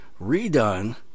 redone